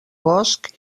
bosc